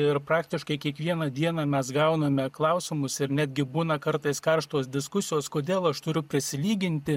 ir praktiškai kiekvieną dieną mes gauname klausimus ir netgi būna kartais karštos diskusijos kodėl aš turiu prisilyginti